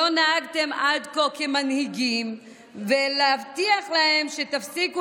שלא נהגתם עד כמנהיגים ולהבטיח להם שתפסיקו